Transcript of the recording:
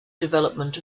development